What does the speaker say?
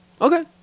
okay